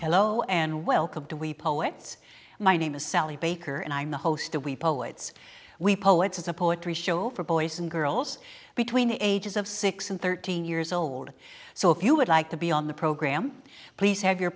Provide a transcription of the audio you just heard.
hello and welcome to we poets my name is sally baker and i'm the host of we poets we poets is a poetry show for boys and girls between the ages of six and thirteen years old so if you would like to be on the program please have your